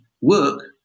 work